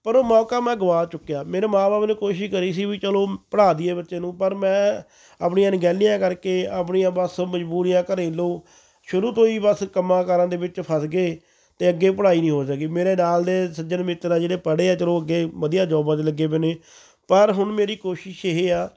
ਪਰ ਉਹ ਮੌਕਾ ਮੈਂ ਗਵਾ ਚੁੱਕਿਆ ਮੇਰੇ ਮਾਂ ਬਾਪ ਨੇ ਕੋਸ਼ਿਸ਼ ਕਰੀ ਸੀ ਵੀ ਚਲੋ ਪੜ੍ਹਾ ਦਈਏ ਬੱਚੇ ਨੂੰ ਪਰ ਮੈਂ ਆਪਣੀਆਂ ਅਣਗਹਿਲੀਆਂ ਕਰਕੇ ਆਪਣੀਆਂ ਬੱਸ ਮਜਬੂਰੀਆਂ ਘਰੇਲੂ ਸ਼ੁਰੂ ਤੋਂ ਹੀ ਬਸ ਕੰਮਾਂ ਕਾਰਾਂ ਦੇ ਵਿੱਚ ਫਸ ਗਏ ਅਤੇ ਅੱਗੇ ਪੜ੍ਹਾਈ ਨਹੀਂ ਹੋ ਸਕੀ ਮੇਰੇ ਨਾਲ ਦੇ ਸੱਜਣ ਮਿੱਤਰ ਆ ਜਿਹੜੇ ਪੜ੍ਹੇ ਆ ਚਲੋ ਅੱਗੇ ਵਧੀਆ ਜੋਬਾਂ 'ਤੇ ਲੱਗੇ ਵੇ ਨੇ ਪਰ ਹੁਣ ਮੇਰੀ ਕੋਸ਼ਿਸ਼ ਇਹ ਆ